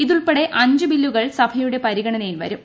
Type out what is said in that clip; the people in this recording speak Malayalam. ഇതുൾപ്പെടെ അഞ്ച് ബ്ലില്ലുകൾ സഭയുടെ പരിഗണനയിൽ വരും